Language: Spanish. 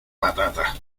patata